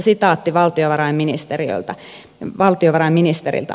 sitaatti valtiovarainministeriltä